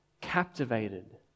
captivated